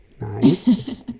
Nice